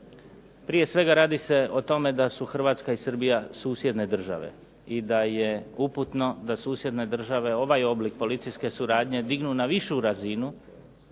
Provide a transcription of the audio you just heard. Prije svega radi se o tome da su Hrvatska i Srbija susjedne države i da je uputno da susjedne države ovaj oblik policijske suradnje dignu na višu razinu,